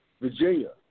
Virginia